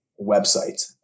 website